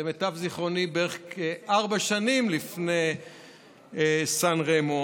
למיטב זיכרוני, כארבע שנים לפני סן רמו.